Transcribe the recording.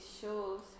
shows